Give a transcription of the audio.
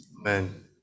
amen